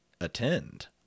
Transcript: attend